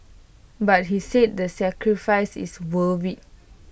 but he said the sacrifice is worth IT